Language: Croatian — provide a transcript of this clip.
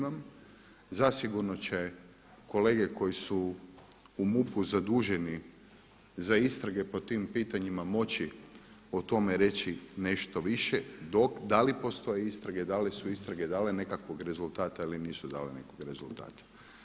Zasigurno će kolege koji su u MUP-u zaduženi za istrage po tim pitanjima moći o tome reći nešto više da li postoje istrage, da li su istrage dale nekakvog rezultate ili nisu dale nekog rezultata.